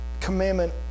commandment